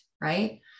right